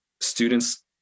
students